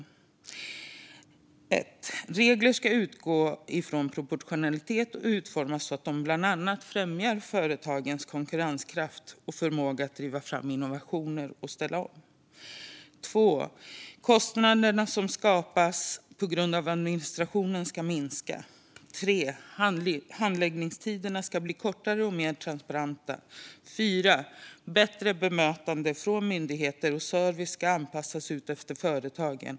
För det första: Regler ska utgå från proportionalitet och utformas så att de bland annat främjar företagens konkurrenskraft och förmåga att driva fram innovationer och ställa om. För det andra: Kostnaderna som skapas på grund av administrationen ska minska. För det tredje: Handläggningstiderna ska bli kortare och mer transparenta. För det fjärde: Bemötande och service från myndigheter ska anpassas efter företagen.